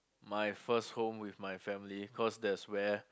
my first home with my family cause that's where